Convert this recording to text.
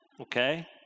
okay